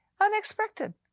Unexpected